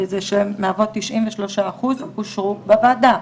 שמהוות 93 אחוזים, אושרו בוועדה.